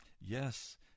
Yes